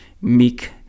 meek